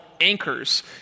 anchors